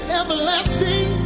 everlasting